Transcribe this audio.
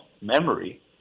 memory